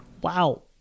wow